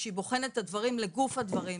שהיא בוחנת את הדברים לגוף הדברים.